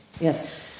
Yes